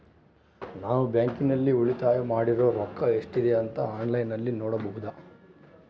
ನಾನು ಬ್ಯಾಂಕಿನಲ್ಲಿ ಉಳಿತಾಯ ಮಾಡಿರೋ ರೊಕ್ಕ ಎಷ್ಟಿದೆ ಅಂತಾ ಆನ್ಲೈನಿನಲ್ಲಿ ನೋಡಬಹುದಾ?